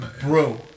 bro